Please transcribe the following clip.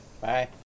bye